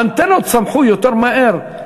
האנטנות צמחו יותר מהר,